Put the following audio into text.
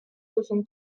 soixante